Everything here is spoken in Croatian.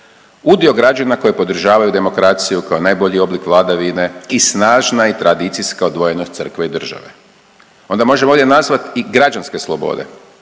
udio građana koji podržavaju demokraciju kao najbolji oblik vladavine i snažna i tradicijska odvojenost crkve i države. Onda možemo ovdje nazvati i građanske slobode.